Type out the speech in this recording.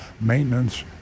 maintenance